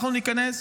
אנחנו ניכנס,